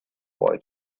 boy